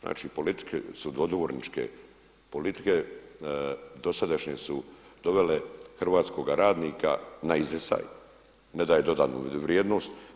Znači politike su dodvorničke, politike dosadašnje su dovele hrvatskoga radnika na izdisaj, ne daje dodanu vrijednost.